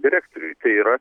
direktoriui tai yra